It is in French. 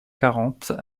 quarante